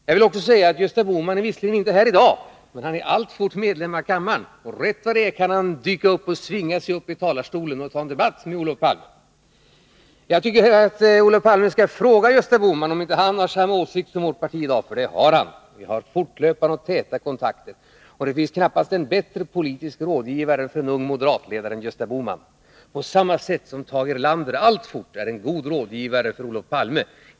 Jag vill också säga: Gösta Bohman är visserligen inte här i dag, men han är alltfort ledamot i den här kammaren, och rätt vad det är kan han dyka upp och svinga sig upp i talarstolen och ta debatt med Olof Palme. Jag tycker att Olof Palme skall fråga Gösta Bohman om inte han har samma åsikt som vårt parti i dag — för det har han. Vi har fortlöpande och täta kontakter. Och det finns knappast en bättre politisk rådgivare för en ung moderatledare än Gösta Bohman, på samma sätt som Tage Erlander alltfort är en god rådgivare för Olof Palme.